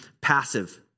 passive